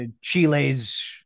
Chile's